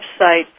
website